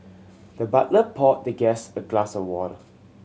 the butler poured the guest a glass of water